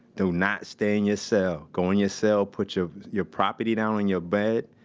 do not stay in your cell. go in your cell, put your your property down on your bed,